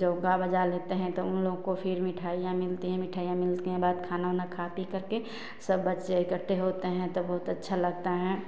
जो गा बजा लेते हैं तो उनलोगों को फिर मिठाइयाँ मिलती हैं मिठाइयाँ अपना खा पीकर के सब बच्चे इकठ्ठे होते हैं तब बहुत अच्छा लगता है